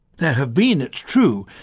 there have been, it's true,